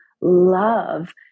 love